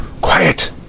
Quiet